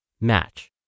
match